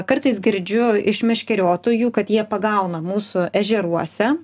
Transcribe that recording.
kartais girdžiu iš meškeriotojų kad jie pagauna mūsų ežeruose